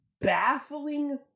baffling